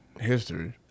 history